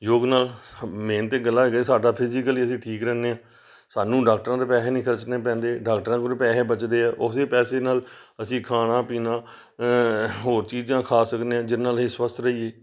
ਯੋਗ ਨਾਲ ਮੇਨ ਤਾਂ ਗਲਾ ਹੈਗਾ ਸਾਡਾ ਫਿਜ਼ੀਕਲੀ ਅਸੀਂ ਠੀਕ ਰਹਿੰਦੇ ਹਾਂ ਸਾਨੂੰ ਡਾਕਟਰਾਂ ਦੇ ਪੈਸੇ ਨਹੀਂ ਖਰਚਣੇ ਪੈਂਦੇ ਡਾਕਟਰਾਂ ਕੋਲ ਪੈਸੇ ਬਚਦੇ ਆ ਉਸੇ ਪੈਸੇ ਨਾਲ ਅਸੀਂ ਖਾਣਾ ਪੀਣਾ ਹੋਰ ਚੀਜ਼ਾਂ ਖਾ ਸਕਦੇ ਹਾਂ ਜਿੰਨ੍ਹਾਂ ਨਾਲ ਅਸੀਂ ਸਵੱਸਥ ਰਹੀਏ